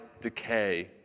decay